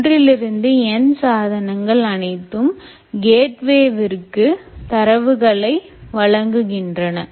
1 இருந்து Nசாதனங்கள் அனைத்தும் கேட்வேவிற்கு தரவுகளை வழங்குகின்றன